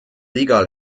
igal